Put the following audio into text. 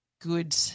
good